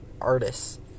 artists